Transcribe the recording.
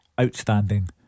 outstanding